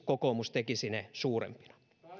kokoomus myös tekisi ne suurempina